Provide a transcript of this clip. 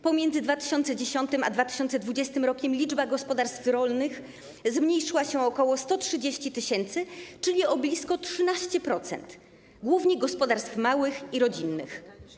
Pomiędzy 2010 r. a 2020 r. liczba gospodarstw rolnych zmniejszyła się o ok. 130 tys., czyli blisko o 13%, głównie gospodarstw małych i rodzinnych.